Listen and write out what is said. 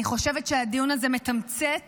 אני חושבת שהדיון הזה מתמצת